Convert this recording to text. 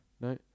No